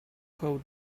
code